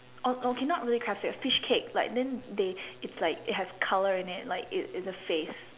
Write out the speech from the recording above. okay okay not really crab sticks fish cake like then they it's like it has colour in it like it's it's a face